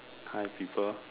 hi people